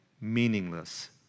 meaningless